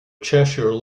cheshire